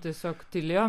tiesiog tylėjom